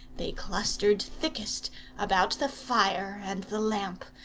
they clustered thickest about the fire and the lamp,